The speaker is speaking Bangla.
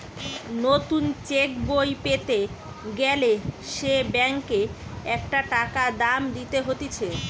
নতুন চেক বই পেতে গ্যালে সে ব্যাংকে একটা টাকা দাম দিতে হতিছে